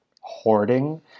hoarding